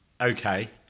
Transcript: Okay